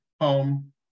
home